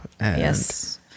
yes